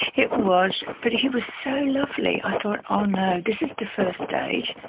it was, but he was so lovely. i thought, oh no, this is the first date,